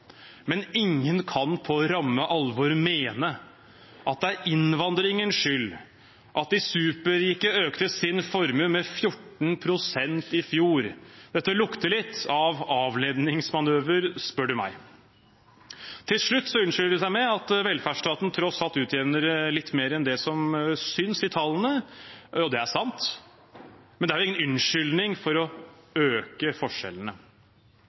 Men ingen kan på ramme alvor mene at det er innvandringens skyld at de superrike økte sin formue med 14 pst. i fjor. Dette lukter litt av avledningsmanøver, spør du meg. Til slutt unnskylder de seg med at velferdsstaten tross alt utjevner litt mer enn det som synes i tallene. Og det er sant, men det er jo ingen unnskyldning for å øke forskjellene.